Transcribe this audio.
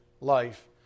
life